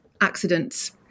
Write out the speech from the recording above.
accidents